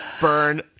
Burn